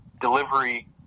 delivery